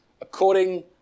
according